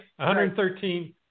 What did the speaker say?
113